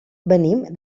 venim